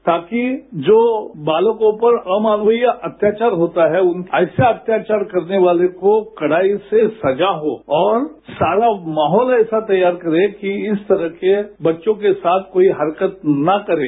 ताकि जो बालकों पर अमानवीय अत्याचार होता है ऐसे अत्याचार करने वाले को कडाई से सजा हो और सारा माहौल ऐसा तैयार करे कि इस तरह बच्चों के साथ कोई हरकत न करें